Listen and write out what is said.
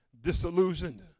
disillusioned